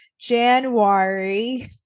January